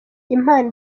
impano